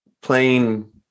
playing